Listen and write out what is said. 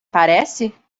parece